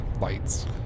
lights